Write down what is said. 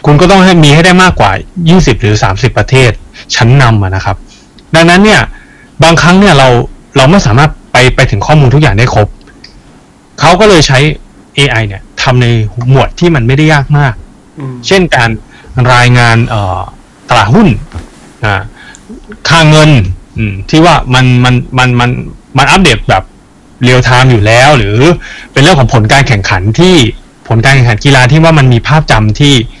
คุณก็ต้องให้- มีให้ได้มากกว่า 20 หรือ 30 ประเทศชั้นนำอะนะครับ ดังนั้นเนี่ยบางครั้งเนี่ยเรา- เราไม่สามารถไป- ไปถึงข้อมูลทุกอย่างได้ครบ เขาก็เลยใช้ AI เนี่ยทำในหมวดที่มันไม่ได้ยากมากอืมเช่นการรายงาน เอ่อ ตลาดหุ้น อ่า ค่าเงิน อืม ที่ว่ามัน- มัน- มัน- มัน- มันอัปเดตแบบเรียลไทม์อยู่แล้ว หรือเป็นเรื่องของผลการแข่งขันที่- ผลการแข่งขันกีฬาที่ว่ามันมีภาพจำที่